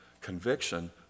conviction